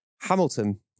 Hamilton